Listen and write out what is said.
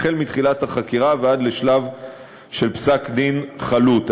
החל מתחילת החקירה ועד לשלב של פסק-דין חלוט.